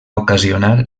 ocasionar